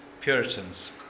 Puritans